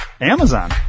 Amazon